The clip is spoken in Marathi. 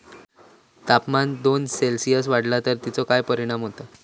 तापमान दोन सेल्सिअस वाढला तर तेचो काय परिणाम होता?